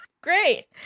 Great